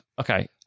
Okay